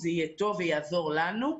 זה יהיה טוב ויעזור לנו.